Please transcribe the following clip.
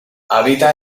habita